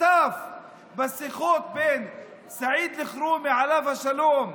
שותף בשיחות בין סעיד אלחרומי, עליו השלום,